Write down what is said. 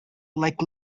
like